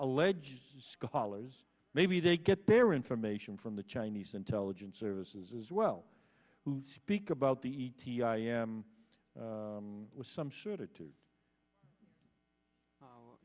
alleged scholars maybe they get their information from the chinese intelligence services as well who speak about the e t i